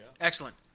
Excellent